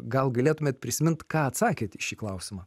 gal galėtumėt prisiminti ką atsakėt į šį klausimą